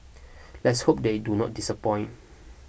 let's hope they do not disappoint